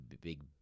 Big